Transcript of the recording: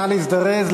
נא להזדרז,